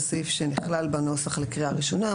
זהו סעיף שנכלל בנוסח לקריאה ראשונה;